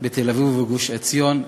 בתל-אביב ובגוש-עציון.